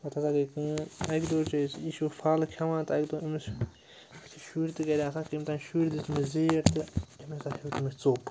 پَتہٕ ہَسا گٔے کٲم اَکہِ دۄہ حظ چھِ أسۍ یہِ چھُ پھل کھٮ۪وان تہٕ اَکہِ دۄہ أمِس اَسہِ چھِ شُرۍ تہِ گَرِ آسان کٔمۍ تام شُرۍ دِژ أمِس زیٖر تہٕ أمۍ ہسا ہیوٚت تٔمِس ژوٚپ